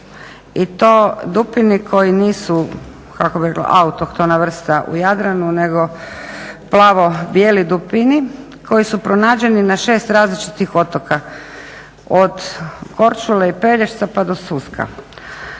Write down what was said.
i to dupini koji nisu kako bih reka autohtona vrsta u Jadranu nego plavo bijeli dupini koji su pronađeni na 6 različitih otoka od Korčula, Pelješca pa do Suska